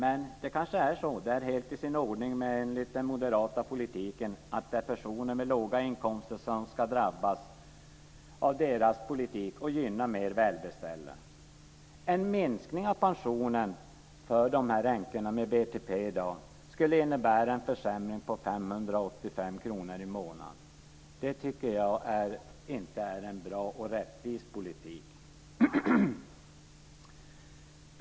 Men det är kanske helt i sin ordning enligt den moderata politiken att det är personer med låga inkomster som ska drabbas av deras politik och att mer välbeställda gynnas. En minskning av pensionen för de änkor som har BTP i dag skulle innebära en försämring med 585 kr i månaden. Det tycker jag inte är en bra och rättvis politik.